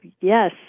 yes